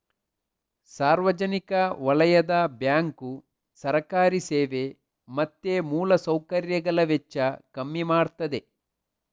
ಸಾರ್ವಜನಿಕ ವಲಯದ ಬ್ಯಾಂಕು ಸರ್ಕಾರಿ ಸೇವೆ ಮತ್ತೆ ಮೂಲ ಸೌಕರ್ಯಗಳ ವೆಚ್ಚ ಕಮ್ಮಿ ಮಾಡ್ತದೆ